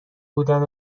بودن